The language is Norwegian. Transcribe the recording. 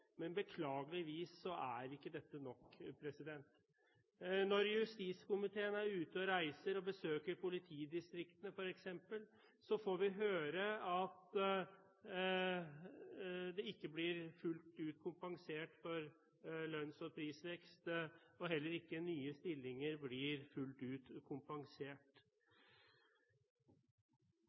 men beklageligvis er ikke dette nok. Når justiskomiteen er ute og reiser og besøker politidistriktene, f.eks., får vi høre at det ikke blir kompensert fullt ut for lønns- og prisvekst. Heller ikke nye stillinger blir fullt ut kompensert.